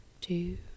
two